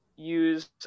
Use